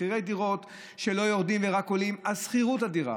מחירי הדירות לא יורדים ורק עולים, השכירות אדירה,